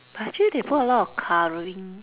but actually they put a lot of colouring